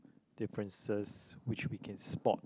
differences which we can spot